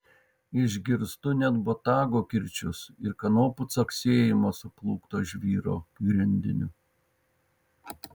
išgirstu net botago kirčius ir kanopų caksėjimą suplūkto žvyro grindiniu